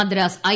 Madras I